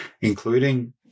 including